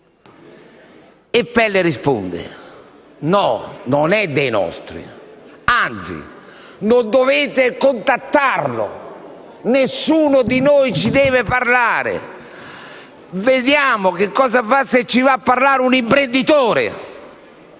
E Pelle risponde: no, non è dei nostri; anzi non dovete contattarlo, nessuno di noi ci deve parlare; vediamo che cosa fa se ci va a parlare un imprenditore.